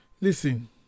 Listen